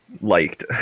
liked